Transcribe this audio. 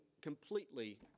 completely